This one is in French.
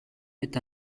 est